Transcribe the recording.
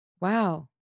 Wow